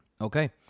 Okay